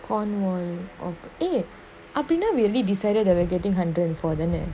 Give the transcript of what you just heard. cornwall of eh அப்டினா:apdinaa we really decided that we're getting hundred and four தான:thaana